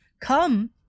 Come